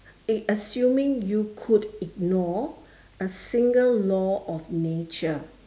eh assuming you could ignore a single law of nature